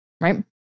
Right